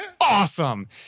awesome